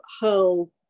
hurl